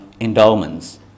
endowments